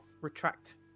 retract